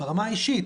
ברמה האישית,